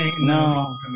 No